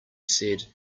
said